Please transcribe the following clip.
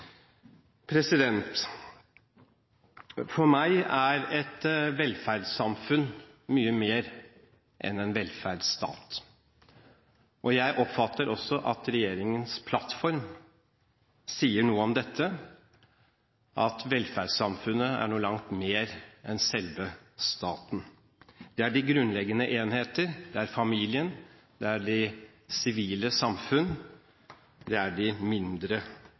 For meg er et velferdssamfunn mye mer enn en velferdsstat. Jeg oppfatter også at regjeringens plattform sier noe om dette, at velferdssamfunnet er noe langt mer enn selve staten. Det er de grunnleggende enheter, det er familien, det sivile samfunn, det er de mindre